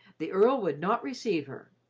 the earl would not receive her,